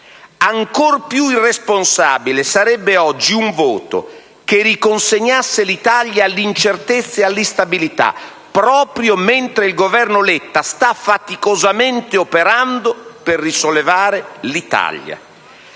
Ancor più irresponsabile sarebbe oggi un voto che riconsegnasse l'Italia all'incertezza ed all'instabilità, proprio mentre il Governo Letta sta faticosamente operando per risollevare l'Italia.